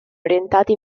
orientati